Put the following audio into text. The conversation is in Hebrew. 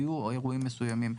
היו אירועים מסוימים.